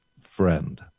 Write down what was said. friend